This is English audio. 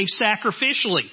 sacrificially